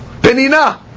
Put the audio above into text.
Penina